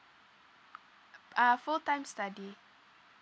uh full time study